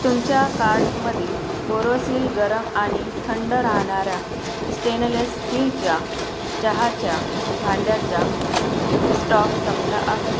तुमच्या कार्टमधील बोरोसिल गरम आणि थंड राहणाऱ्या स्टेनलेस स्टीलच्या चहाच्या भांड्याचा स्टॉक संपला आहे